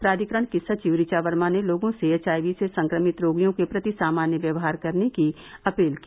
प्राधिकरण की सचिव रिचा वर्मा ने लोगों से एच आई वी से संक्रमित रोगियों के प्रति सामान्य व्यवहार करने की अपील की